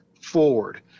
forward